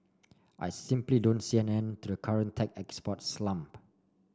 I simply don't see an end to the current tech export slump